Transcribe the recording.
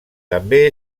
també